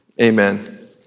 Amen